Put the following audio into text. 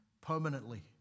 permanently